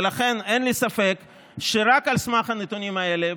ולכן אין לי ספק שרק על סמך הנתונים האלה,